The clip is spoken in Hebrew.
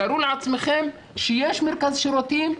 תארו לעצמכם שיש מרכז שירותים,